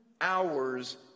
hours